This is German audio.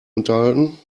unterhalten